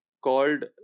called